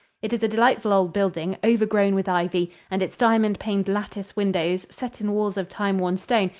it is a delightful old building, overgrown with ivy, and its diamond-paned lattice windows, set in walls of time-worn stone,